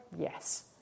Yes